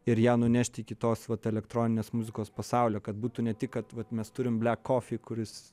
ir ją nunešti iki tos vat elektroninės muzikos pasaulio kad būtų ne tik kad vat mes turim blek kofį kuris